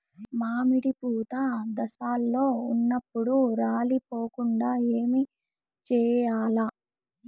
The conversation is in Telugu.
మామిడి పూత దశలో ఉన్నప్పుడు రాలిపోకుండ ఏమిచేయాల్ల?